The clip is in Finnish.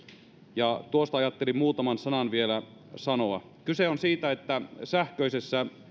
ja tuosta ajattelin muutaman sanan vielä sanoa kyse on siitä että sähköisessä